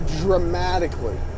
dramatically